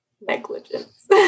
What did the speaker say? negligence